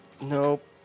Nope